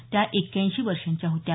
त्या एक्क्याऐंशी वर्षांच्या होत्या